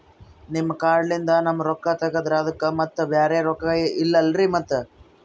ನಿಮ್ ಕಾರ್ಡ್ ಲಿಂದ ನಮ್ ರೊಕ್ಕ ತಗದ್ರ ಅದಕ್ಕ ಮತ್ತ ಬ್ಯಾರೆ ರೊಕ್ಕ ಇಲ್ಲಲ್ರಿ ಮತ್ತ?